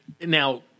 now